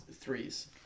threes